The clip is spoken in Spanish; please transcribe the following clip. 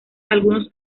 algunos